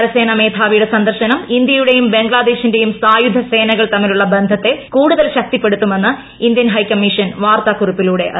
കരസേനാ മേധാവിയുടെ സന്ദർശനം ഇന്ത്യയുടെയും ബംഗ്ലാദേശിന്റെയും സായുധസേനകൾ തമ്മിലുള്ള ബന്ധത്തെ കൂടുതൽ ശക്തിപ്പെടുത്തുമെന്ന് ഇന്ത്യൻ ഹൈക്കമ്മീഷൻ വാർത്താകുറിപ്പിലൂടെ അറിയിച്ചു